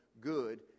good